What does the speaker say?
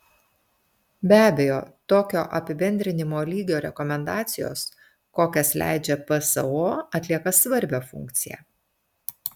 be abejo tokio apibendrinimo lygio rekomendacijos kokias leidžia pso atlieka svarbią funkciją